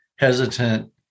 hesitant